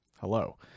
hello